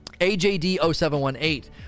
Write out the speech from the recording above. AJD0718